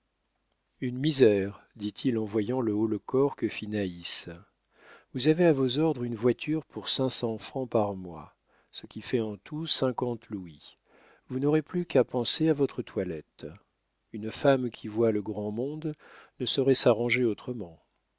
une misère dit-il en voyant le haut-le-corps que fit naïs vous avez à vos ordres une voiture pour cinq cents francs par mois ce qui fait en tout cinquante louis vous n'aurez plus qu'à penser à votre toilette une femme qui voit le grand monde ne saurait s'arranger autrement